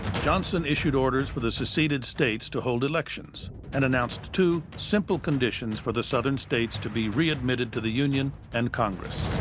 johnson issued orders for the seceded states to hold elections and announced two simple conditions for the southern states to be readmitted to the union and congress.